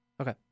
Okay